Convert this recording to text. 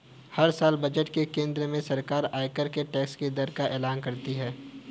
हर साल बजट में केंद्र सरकार आयकर के टैक्स की दर का एलान करती है